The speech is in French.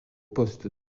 poste